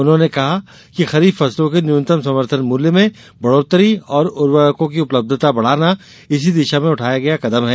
उन्होंने कहा कि खरीफ फसलों के न्यूनतम समर्थन मूल्य में बढ़ोत्तरी और उर्वरकों की उपलब्धता बढाना इसी दिशा में उठाया गया कदम है